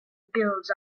bills